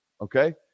okay